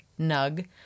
nug